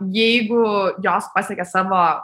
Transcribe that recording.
jeigu jos pasiekia savo